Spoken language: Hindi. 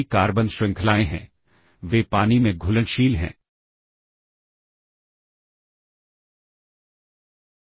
तो शायद यहB C H L में कुछ गणना कर रहा है